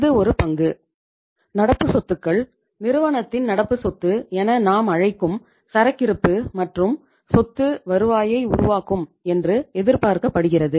இது ஒரு பங்கு நடப்பு சொத்துக்கள் நிறுவனத்தின் நடப்பு சொத்து என நாம் அழைக்கும் சரக்கிறுப்பு மற்றும் சொத்து வருவாயை உருவாக்கும் என்று எதிர்பார்க்கப்படுகிறது